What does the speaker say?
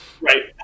Right